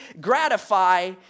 gratify